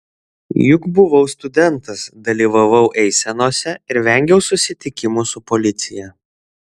juk buvau studentas dalyvavau eisenose ir vengiau susitikimų su policija